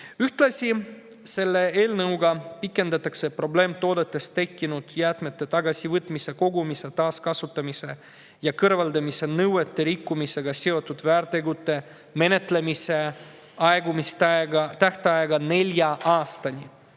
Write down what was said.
Ühtlasi, selle eelnõuga pikendatakse probleemtoodetest tekkinud jäätmete tagasivõtmise, kogumise, taaskasutamise ja kõrvaldamise nõuete rikkumisega seotud väärtegude menetlemise aegumistähtaega nelja aastani